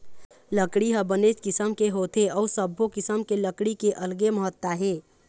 लकड़ी ह बनेच किसम के होथे अउ सब्बो किसम के लकड़ी के अलगे महत्ता हे